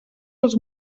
els